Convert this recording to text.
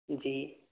جی